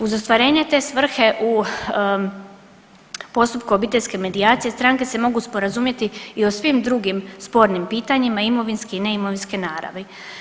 Uz ostvarenje te svrhe u postupku obiteljske medijacije stranke se mogu sporazumjeti i o svim drugim spornim pitanjima imovinske i neimovinske naravi.